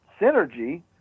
synergy